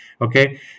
Okay